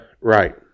Right